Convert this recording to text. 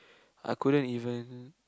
I couldn't even